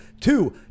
Two